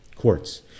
courts